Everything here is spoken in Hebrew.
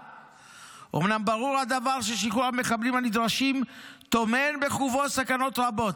--- אומנם ברור הדבר ששחרור המחבלים הנדרשים טומן בחובו סכנות רבות,